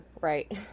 right